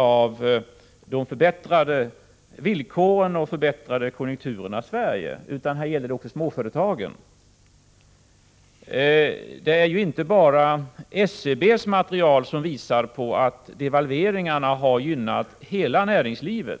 om de förbättrade villkoren och de förbättrade konjunkturerna i Sverige, utan det gäller också småföretagen. Inte bara SCB:s material visar på att devalveringarna har gynnat hela näringslivet.